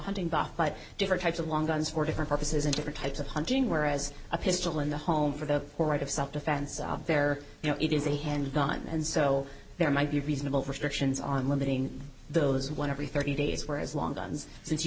but different types of long guns for different purposes and different types of hunting whereas a pistol in the home for the right of self defense out there you know it is a handgun and so there might be reasonable restrictions on limiting those one every thirty days whereas long guns